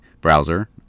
browser